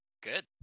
Good